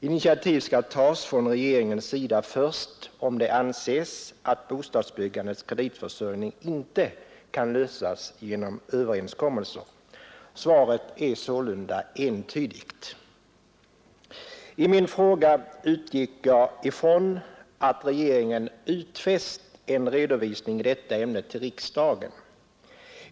Initiativ skall tas från regeringens sida först om det anses att problemet med bostadsbyggandets kreditförsörjning inte kan lösas genom överenskommelser. Svaret är sålunda entydigt. I min fråga utgick jag från att regeringen utfäst en redovisning i detta ämne till riksdagen.